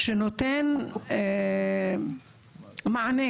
שנותן מענה